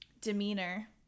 demeanor